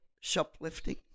shoplifting